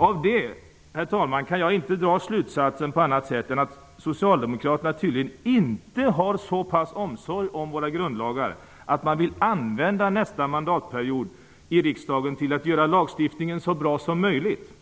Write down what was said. Av det, herr talman, kan jag inte dra någon annan slutsats än att socialdemokraterna tydligen inte har sådan omsorg om våra grundlagar att man vill använda nästa mandatperiod i riksdagen till att göra lagstiftningen så bra som möjligt.